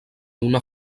una